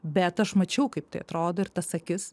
bet aš mačiau kaip tai atrodo ir tas akis